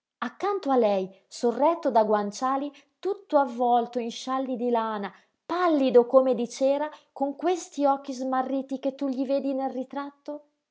accanto a lei sorretto da guanciali tutto avvolto in scialli di lana pallido come di cera con questi occhi smarriti che tu gli vedi nel ritratto